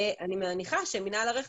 אני מניחה שמינהל הרכש